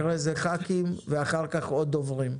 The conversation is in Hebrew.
אחרי זה, חברי כנסת ואחר כך עוד דוברים.